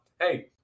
hey